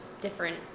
different